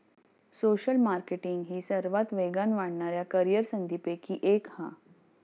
social marketing ही सर्वात वेगान वाढणाऱ्या करीअर संधींपैकी एक हा